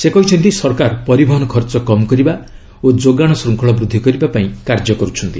ସେ କହିଛନ୍ତି ସରକାର ପରିବହନ ଖର୍ଚ୍ଚ କମ୍ କରିବା ଓ ଯୋଗାଣ ଶୃଙ୍ଖଳ ବୃଦ୍ଧି କରିବା ପାଇଁ କାର୍ଯ୍ୟ କରୁଛନ୍ତି